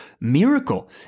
miracle